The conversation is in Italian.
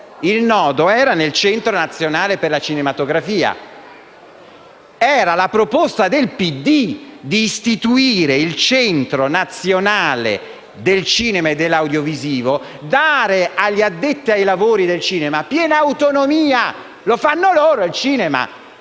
il nodo era il Centro nazionale per la cinematografia; era la proposta del PD di istituire il Centro nazionale del cinema e dell’audiovisivo, dando agli addetti ai lavori del cinema piena autonomia: lo fanno loro il cinema,